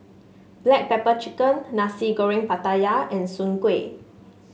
Black Pepper Chicken Nasi Goreng Pattaya and Soon Kway